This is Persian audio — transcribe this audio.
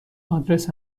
آدرس